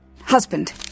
husband